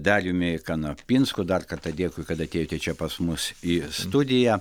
dariumi kanapinsku dar kartą dėkui kad atėjote čia pas mus į studiją